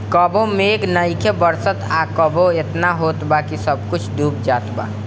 कबो मेघ नइखे बरसत आ कबो एतना होत बा कि सब कुछो डूब जात बा